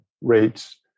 rates